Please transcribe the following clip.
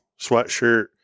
sweatshirt